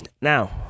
Now